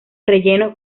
rellenos